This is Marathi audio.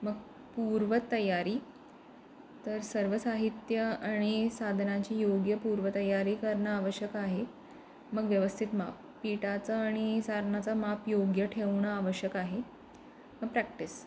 मग पूर्वतयारी तर सर्व साहित्य आणि साधनाची योग्य पूर्वतयारी करणं आवश्यक आहे मग व्यवस्थित माप पिठाचं आणि सारणाचा माप योग्य ठेवणं आवश्यक आहे मग प्रॅक्टिस